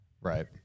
Right